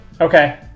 Okay